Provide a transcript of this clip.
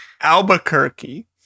Albuquerque